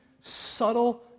subtle